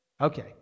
Okay